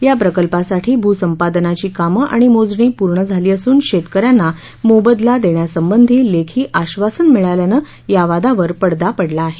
या प्रकल्पासाठी भूसंपादनाची कामं आणि मोजणी पूर्ण झाली असून शेतक यांना मोबदला देण्यासंबंधी लेखी आश्वासन मिळाल्यानं या वादावर पडदा पडला आहे